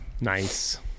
Nice